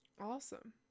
awesome